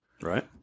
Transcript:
Right